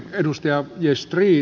edustajaa joista ei